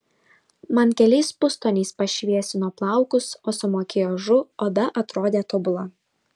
man keliais pustoniais pašviesino plaukus o su makiažu oda atrodė tobula